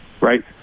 right